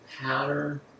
pattern